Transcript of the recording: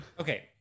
okay